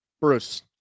Bruce